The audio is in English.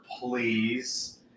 please